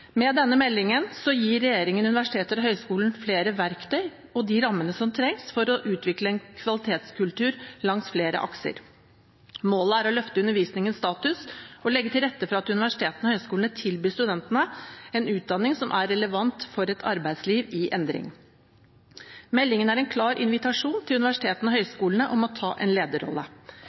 Med denne meldingen gir regjeringen universiteter og høyskoler flere verktøy og de rammene som trengs for å utvikle en kvalitetskultur langs flere akser. Målet er å løfte undervisningens status og legge til rette for at universitetene og høyskolene tilbyr studentene en utdanning som er relevant for et arbeidsliv i endring. Meldingen er en klar invitasjon til universitetene og høyskolene om å ta en lederrolle.